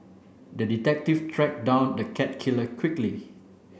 the detective tracked down the cat killer quickly